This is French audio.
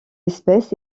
espèce